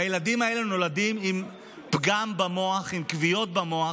הילדים האלה נולדים עם פגם במוח, עם כוויות במוח,